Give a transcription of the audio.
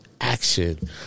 action